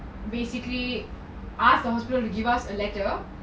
basically ask the hospital to give us a letter